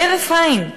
בהרף עין,